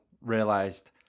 realized